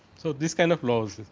so this kind of laws